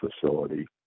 facility